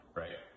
right